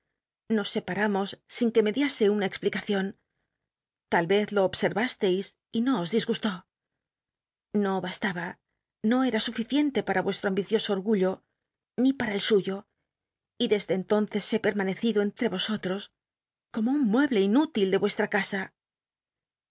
íos separamos sin que mediase una explicacion tal ez lo obsermsleis y uo os disgustó no bast tba no era suficiente para vueslto ambicioso ogullo ni para el suyo y desde entonces be permanecido entre vosollos como un mueble inútil rle i'u c stra casa